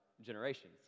generations